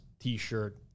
T-shirt